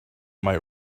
might